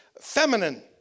feminine